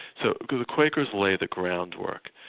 so quakers lay the groundwork.